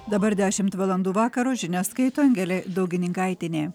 dabar dešimt valandų vakaro žinias skaito angelė daugininkaitienė